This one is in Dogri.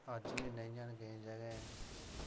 अज्ज बी नेहिया ने केईं जगह्